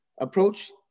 approach